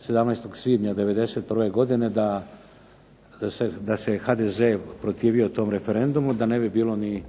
17. svibnja '91. godine da se HDZ protivio tom referendumu da ne bi bilo ni